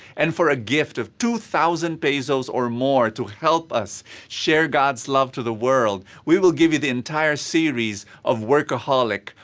and for a gift of two thousand pesos or more, to help us share god's love to the world. we will give you the entire series of workaholyc.